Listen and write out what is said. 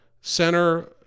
center